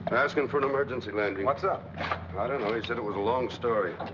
asking for an emergency landing. what's up? i don't know. he said it was a long story.